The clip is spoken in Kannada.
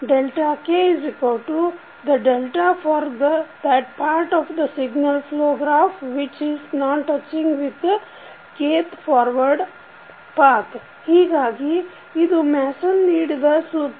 kTheforthatpartofthesignalflowgraphwhichisnontouchingwiththekthforwardpath ಹೀಗಾಗಿ ಇದು ಮ್ಯಾಸನ್ ನೀಡಿದ ಸೂತ್ರ